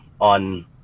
on